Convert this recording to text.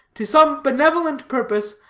to some benevolent purpose,